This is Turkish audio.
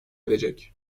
edecek